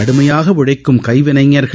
கடுமையாக உழைக்கும் கைவினைஞர்கள்